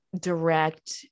direct